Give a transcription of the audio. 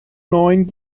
neun